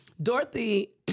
Dorothy